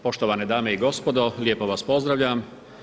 Poštovane dame i gospodo, lijepo vas pozdravljam.